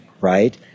right